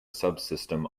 subsystem